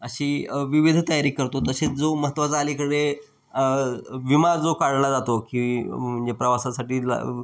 अशी विविध तयारी करतो तसेच जो महत्त्वाचा अलीकडे विमा जो काढला जातो की म्हणजे प्रवासासाठी ला